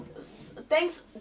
thanks